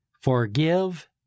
Forgive